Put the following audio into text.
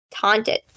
taunted